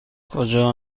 کجا